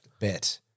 Bet